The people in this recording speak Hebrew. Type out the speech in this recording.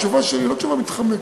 התשובה שלי היא לא תשובה מתחמקת.